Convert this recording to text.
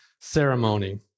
ceremony